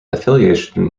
affiliation